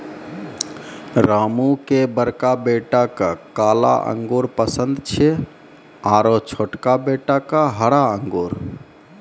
रामू के बड़का बेटा क काला अंगूर पसंद छै आरो छोटका बेटा क हरा अंगूर